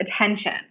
attention